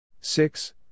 Six